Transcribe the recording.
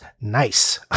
Nice